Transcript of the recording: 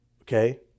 Okay